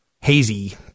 hazy